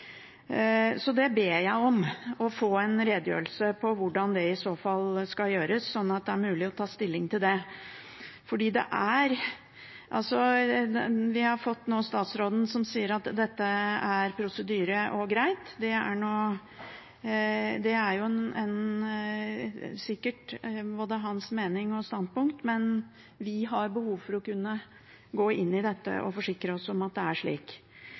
Så jeg ber om å få en redegjørelse om hvordan det i så fall skal gjøres, slik at det er mulig å ta stilling til det. Statsråden sier nå at dette er prosedyre og greit. Det er sikkert både hans mening og standpunkt, men vi har behov for å kunne gå inn i dette og forsikre oss om at det er slik.